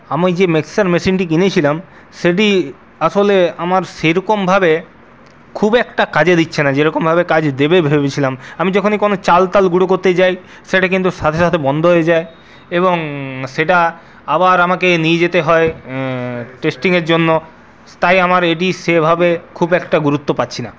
আমি যে মিক্সার মেশিনটি কিনেছিলাম সেটি আসলে আমার সেরকমভাবে খুব একটা কাজে দিচ্ছে না যেরকমভাবে কাজ দেবে ভেবেছিলাম আমি যখনই কোনো চাল টাল গুঁড়ো করতে যাই সেটা কিন্তু সাথে সাথে বন্ধ হয়ে যায় এবং সেটা আবার আমাকে নিয়ে যেতে হয় টেস্টিংয়ের জন্য তাই আমার এটির সেভাবে খুব একটা গুরুত্ব পাচ্ছি না